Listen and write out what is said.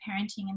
Parenting